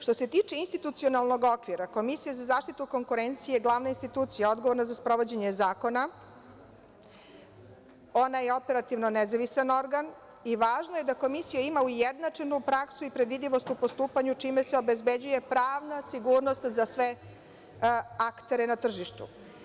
Što se tiče institucionalnog okvira, Komisija za zaštitu konkurencije je glavna institucija odgovorna za sprovođenje zakona, ona je operativo nezavisan organ i važno je da Komisija ima ujednačenu praksu i predvidljivost u postupanju, čime se obezbeđuje pravna sigurnost za sve aktere na tržištu.